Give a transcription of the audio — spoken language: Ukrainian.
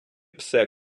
псе